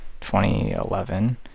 2011